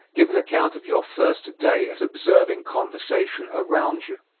give an account of your first day at observing conversation around you.